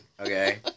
okay